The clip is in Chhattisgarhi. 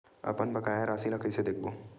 अपन बकाया राशि ला कइसे देखबो?